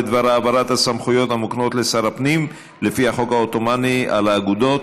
בדבר העברת הסמכויות המוקנות לשר הפנים לפי החוק העות'מאני על האגודות,